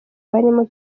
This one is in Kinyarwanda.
barimo